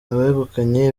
abegukanye